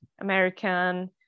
American